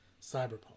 Cyberpunk